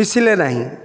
ମିଶିଲେନାହିଁ